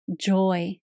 joy